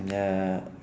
ya